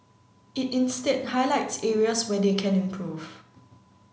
it instead highlights areas where they can improve